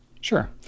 Sure